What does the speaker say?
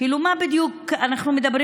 על מה בדיוק אנחנו מדברים,